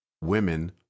women